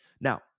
Now